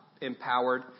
empowered